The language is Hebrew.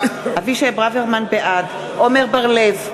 בעד עמר בר-לב,